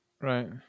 Right